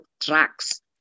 drugs